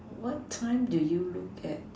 what time do you look at